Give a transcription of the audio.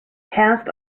cast